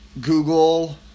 Google